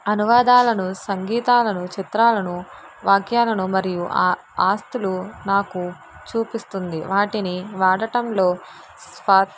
అనువాదాలను సంగీతాలను చిత్రాలను వాక్యాలను మరియు ఆస్తులు నాకు చూపిస్తుంది వాటిని వాడటంలో స్వా